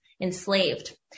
enslaved